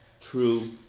true